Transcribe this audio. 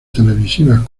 televisivas